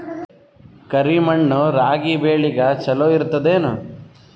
ಕರಿ ಮಣ್ಣು ರಾಗಿ ಬೇಳಿಗ ಚಲೋ ಇರ್ತದ ಏನು?